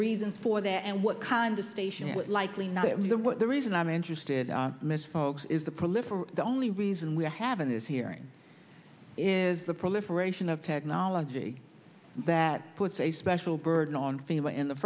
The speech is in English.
reason for that and what kind of station would likely know the reason i'm interested miss folks is the political the only reason we're having this hearing is the proliferation of technology that puts a special burden on fever in the